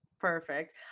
perfect